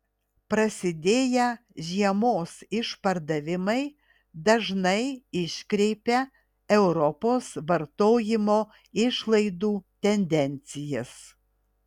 prasidėję žiemos išpardavimai dažnai iškreipia europos vartojimo išlaidų tendencijas